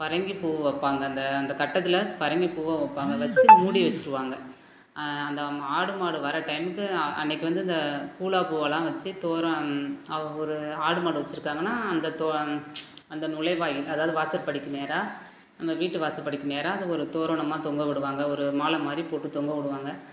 பரங்கி பூ வைப்பாங்க அந்த அந்த கட்டத்தில் பரங்கி பூவை வைப்பாங்க வச்சு மூடி வச்சுருவாங்க அந்த ஆடு மாடு வர்ற டைம்க்கு அன்றைக்கு வந்து இந்த பூளைப் பூவெல்லாம் வச்சு தோரோ ஒரு ஆடு மாடு வச்சுருக்காங்கன்னா இந்த தோ அந்த நுழைவாயில் அதாவது வாசப்படிக்கு நேராக நம்ம வீட்டு வாசப்படிக்கு நேராக அதை ஒரு தோரணமாக தொங்க விடுவாங்க ஒரு மாலை மாதிரி போட்டு தொங்க விடுவாங்க